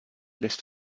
list